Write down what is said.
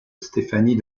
stéphanie